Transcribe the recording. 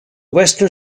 western